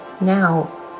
Now